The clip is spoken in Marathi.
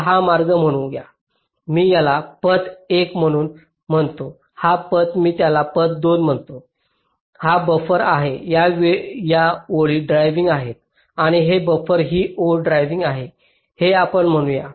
चला हा मार्ग म्हणू या मी याला पथ 1 म्हणून म्हणतो हा पथ मी याला पथ 2 म्हणून म्हणतो हा बफर या 2 ओळी ड्रायविंग आहे आणि हे बफर ही ओळ ड्रायविंग आहे हे आपण म्हणू या